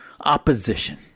opposition